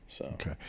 Okay